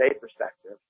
perspective